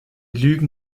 lügen